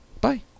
Bye